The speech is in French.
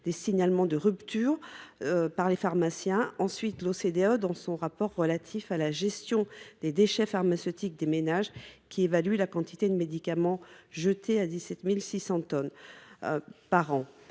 des signalements de ruptures par les pharmaciens. Ensuite, l’OCDE, dans son rapport relatif à la gestion des déchets pharmaceutiques des ménages, évalue la quantité de médicaments jetés en France à 17 600 tonnes par an.